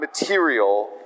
material